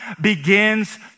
begins